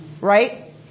right